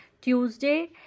Tuesday